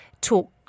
talk